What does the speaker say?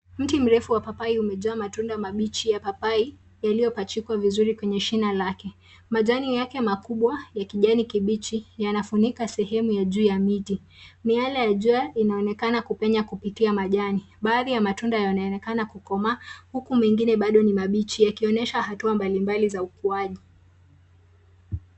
Miti mirefu ya papai imejaa matunda mabichi yaliyopandwa vizuri kwenye shina lake. Majani yake makubwa ya kijani kibichi yanafunika sehemu ya juu ya miti. Miale ya jua inaonekana kupenya katikati ya majani. Baadhi ya matunda yanaonekana kuwa karibu kukomaa, huku mengine bado mabichi, yakionyesha hatua tofauti za ukuaji